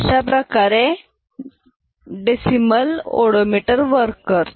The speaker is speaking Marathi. याप्रकारे डेसिमल ओडोमीटर वर्क करतो